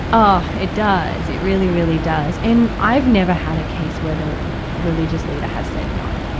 oh, it does! it really, really does. and i've never had a case where the religious leader has said no,